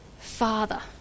Father